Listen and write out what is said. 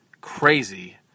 crazy